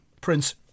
Prince